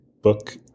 book